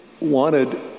wanted